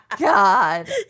God